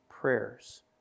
prayers